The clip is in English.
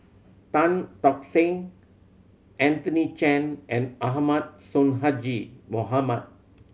Tan Tock Seng Anthony Chen and Ahmad Sonhadji Mohamad